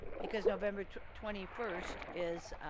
because november twenty first is,